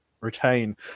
retain